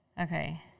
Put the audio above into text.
Okay